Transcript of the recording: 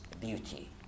beauty